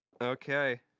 Okay